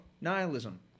Nihilism